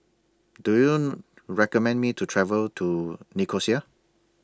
Do YOU recommend Me to travel to Nicosia